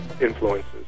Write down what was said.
influences